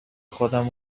خودم